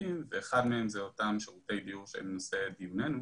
ואחד מהם זה אותם שירותי דיור שהם נושא דיוננו.